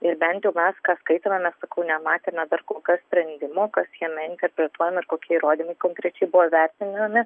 ir bent jau mes ką skaitėme mes sakau nematėme dar kolkas sprendimų kas jame interpretuojama ir kokie įrodymai konkrečiai buvo vertinami